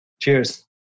Cheers